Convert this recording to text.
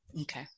Okay